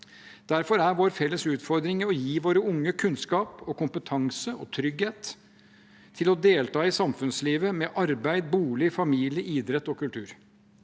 Derfor er vår felles utfordring å gi våre unge kunnskap, kompetanse og trygghet til å delta i samfunnslivet med arbeid, bolig, familie, idrett og kultur.